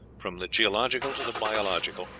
from the geological to the biological,